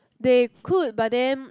they could but then